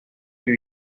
new